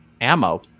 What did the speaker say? ammo